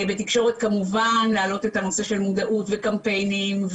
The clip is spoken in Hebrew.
בתקשורת כמובן להעלות את הנושא של מודעות וקמפיינים,